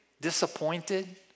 disappointed